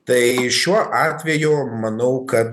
tai šiuo atveju manau kad